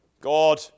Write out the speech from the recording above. God